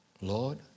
Lord